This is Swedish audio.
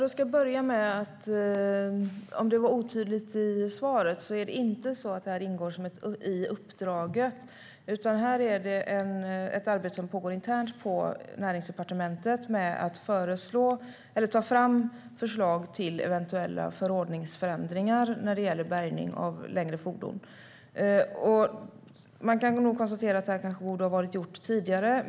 Herr talman! Om det var otydligt i svaret ska jag börja med att säga att detta inte ingår i uppdraget. Det är i stället ett arbete som pågår internt på Näringsdepartementet med att ta fram förslag till eventuella förordningsförändringar när det gäller bärgning av längre fordon. Man kan nog konstatera att detta borde ha gjorts tidigare.